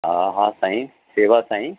हा हा साईं शेवा साईं